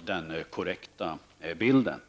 den korrekta bilden.